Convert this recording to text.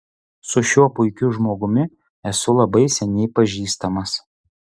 su šiuo puikiu žmogumi esu labai seniai pažįstamas